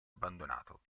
abbandonato